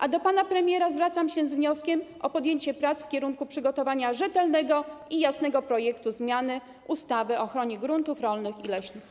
A do pana premiera zwracam się z wnioskiem o podjęcie prac w kierunku przygotowania rzetelnego i jasnego projektu zmiany ustawy o ochronie gruntów rolnych i leśnych.